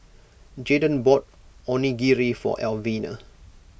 Jaydon bought Onigiri for Elvina